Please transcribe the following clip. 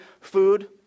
food